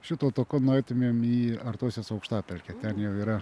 šito kad nueitumėm į artosios aukštapelkę ten jau yra